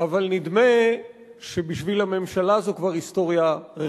אבל נדמה שבשביל הממשלה זו כבר היסטוריה רחוקה.